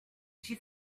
she